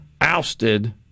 ousted